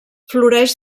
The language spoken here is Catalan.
floreix